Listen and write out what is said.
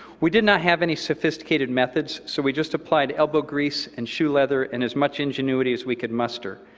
we did not have any sophisticated methods, so we just applied elbow grease and shoe leather and as much ingenuity as we could muster.